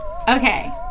Okay